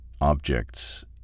objects